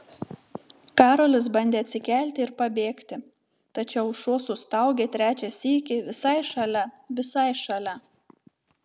karolis bandė atsikelti ir pabėgti tačiau šuo sustaugė trečią sykį visai šalia visai šalia